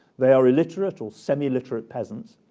they are illiterate or semiliterate peasants.